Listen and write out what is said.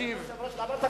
סיימת את דבריך.